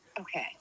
Okay